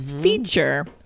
feature